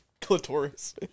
Clitoris